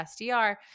SDR